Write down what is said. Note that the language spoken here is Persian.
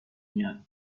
میاد